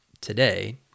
today